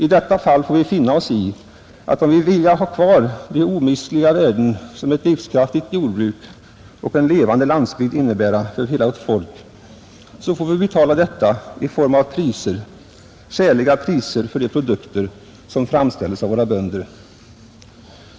I detta fall får vi finna oss i att om vi vill ha kvar de omistliga värden som ett livskraftigt jordbruk och en levande landsbygd innebär för hela vårt folk, så får vi betala detta i form av skäliga priser för de produkter som framställs av våra bönder.